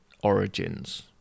Origins